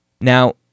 Now